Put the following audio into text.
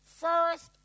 first